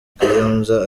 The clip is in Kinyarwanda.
kayonza